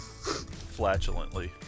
Flatulently